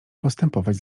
postępować